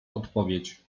odpowiedź